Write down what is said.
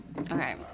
Okay